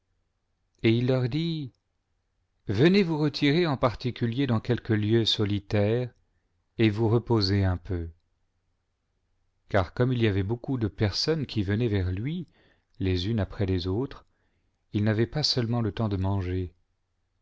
et il leur dit venez vous retirer en particulier dans quelque lieu solitaire et vous reposez un peu car comme il y avait beaucoup de personnes qui venaient vers lui les unes après les autres ils n'avaient pas seulement le temps de manger